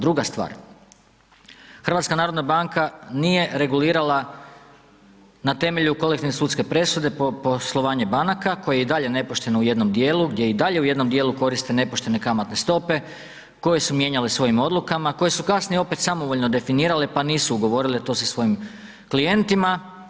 Druga stvar, HNB nije regulirala na temelju kolektivne sudske presude poslovanje banaka koje je i dalje nepošteno u jednom dijelu, gdje i dalje u jednom dijelu koriste nepoštene kamatne stope koje su mijenjali svojim odlukama, koje su kasnije opet samovoljno definirale pa nisu ugovorile to sa svojim klijentima.